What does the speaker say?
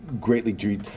greatly